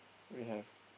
we have